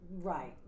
right